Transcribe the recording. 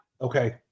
Okay